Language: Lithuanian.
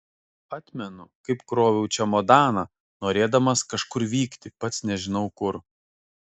atmenu kaip kroviau čemodaną norėdamas kažkur vykti pats nežinau kur